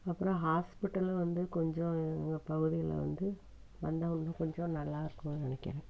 அப்புறம் ஹாஸ்பிட்டலும் வந்து கொஞ்சம் எங்கள் பகுதியில் வந்து வந்தால் இன்னும் கொஞ்சம் நல்லா இருக்கும்னு நினைக்குறேன்